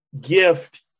gift